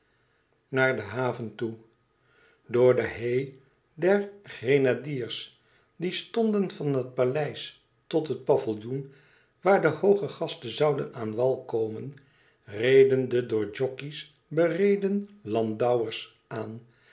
naar de haven toe door de haie der grenadiers die stonden van het paleis tot het paviljoen waar de hooge gasten zouden aan wal komen reden de door jockey's bereden landauers aan